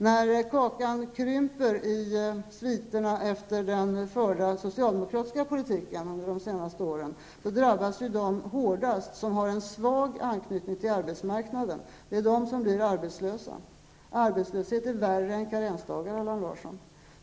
När kakan krymper i sviterna efter den socialdemokratiska politiken under de senaste åren, drabbas ju de hårdast som har en svag anknytning till arbetsmarknaden. Det är de som blir arbetslösa. Arbetslöshet är värre än karensdagar, Allan Larsson.